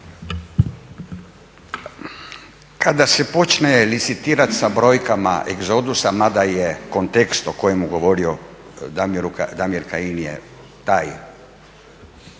Kada se počne licitirat sa brojkama egzodusa mada je kontekst o kojem je govorio Damir Kajin je taj